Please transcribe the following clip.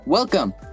Welcome